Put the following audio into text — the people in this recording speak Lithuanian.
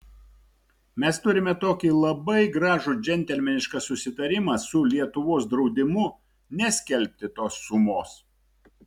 mes turime tokį labai gražų džentelmenišką susitarimą su lietuvos draudimu neskelbti tos sumos